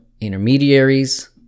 intermediaries